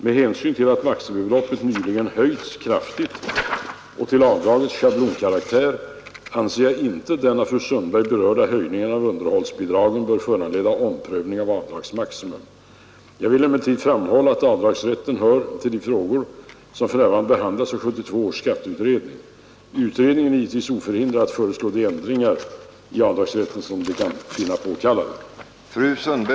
Med hänsyn till att maximibeloppet nyligen höjts kraftigt och till avdragets schablonkaraktär anser jag inte att den av fru Sundberg berörda höjningen av underhållsbidragen bör föranleda omprövning av avdragsmaximum. Jag vill emellertid framhålla att avdragsrätten hör till de frågor som för närvarande behandlas av 1972 års skatteutredning. Utredningen är givetvis oförhindrad att föreslå de ändringar i avdragsrätten som kan finnas påkallade.